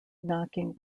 knocking